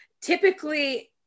Typically